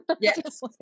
Yes